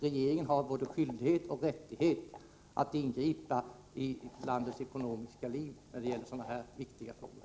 Regeringen har både skyldighet och rättighet att ingripa i landets ekonomiska liv när det gäller sådana här viktiga frågor.